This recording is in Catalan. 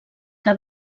que